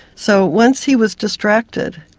so once he was distracted,